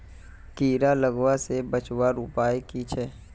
कीड़ा लगवा से बचवार उपाय की छे?